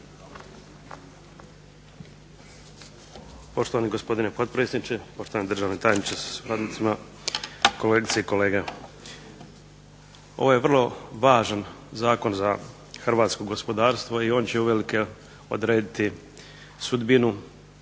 Poštovani gospodine potpredsjedniče, poštovani državni tajniče sa suradnicima, kolegice i kolege zastupnici. Ovo je vrlo važan zakon za hrvatsko gospodarstvo i on će uvelike odrediti sudbinu